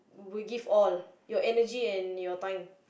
will give all your energy and time